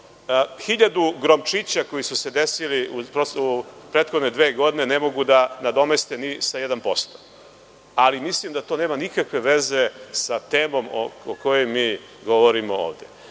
1.000 gromčića koji su se desili u prethodne dve godine ne mogu da nadomeste ni sa 1%, ali mislim da to nema nikakve veze sa temom o kojoj mi govorimo